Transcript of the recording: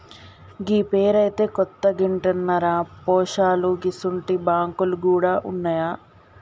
గీ పేరైతే కొత్తగింటన్నరా పోశాలూ గిసుంటి బాంకులు గూడ ఉన్నాయా